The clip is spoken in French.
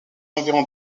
environs